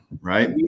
right